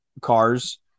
cars